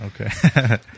Okay